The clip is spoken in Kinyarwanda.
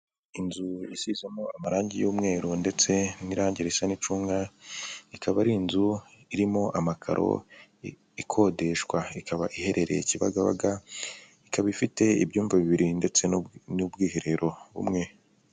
Inzu isize amarangi y'umweru ndetse n'irangi risa n'icunga, ikaba ari inzu irimo amakaro ikodeshwa, ikaba iherereye Kibagabaga, ikaba ifite ibyumba bibiri ndetse n'ubwiherero bumwe.